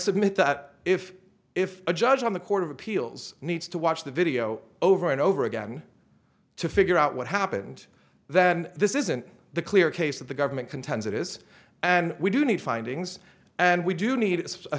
submit that if if a judge on the court of appeals needs to watch the video over and over again to figure out what happened then this isn't the clear case that the government contends it is and we do need findings and we do need a